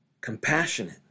Compassionate